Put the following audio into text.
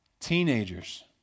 Teenagers